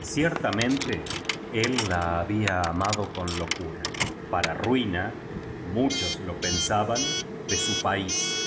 ciertamente él la había amado con locura para ruina muchos lo pensaban de su país que